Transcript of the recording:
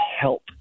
help